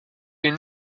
you